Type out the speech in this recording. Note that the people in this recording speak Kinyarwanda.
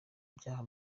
ibyaha